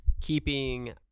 keeping